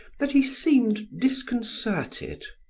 that he seemed disconcerted,